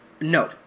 No